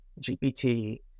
GPT